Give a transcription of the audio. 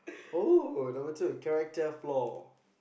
oh number two character flaw